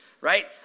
right